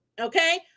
Okay